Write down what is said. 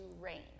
rain